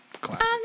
Classic